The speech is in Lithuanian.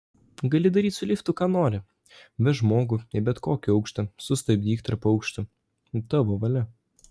gali daryti su liftu ką nori vežk žmogų į bet kokį aukštą sustabdyk tarp aukštų tavo valia